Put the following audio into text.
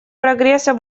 прогресса